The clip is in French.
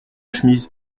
chemise